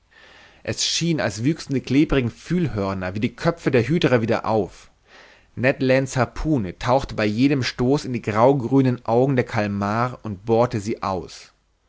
es schien als wüchsen die klebrigen fühlhörner wie die köpfe der hydra wieder auf ned lands harpune tauchte bei jedem stoß in die graugrünen augen der kalmar und bohrte sie aus